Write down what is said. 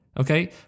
Okay